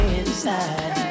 inside